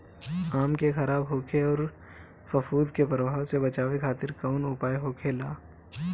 आम के खराब होखे अउर फफूद के प्रभाव से बचावे खातिर कउन उपाय होखेला?